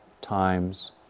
times